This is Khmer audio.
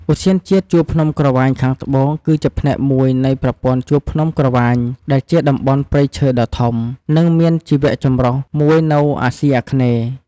ឧទ្យានជាតិជួរភ្នំក្រវាញខាងត្បូង គឺជាផ្នែកមួយនៃប្រព័ន្ធជួរភ្នំក្រវាញដែលជាតំបន់ព្រៃឈើដ៏ធំ និងមានជីវៈចម្រុះមួយនៅអាស៊ីអាគ្នេយ៍។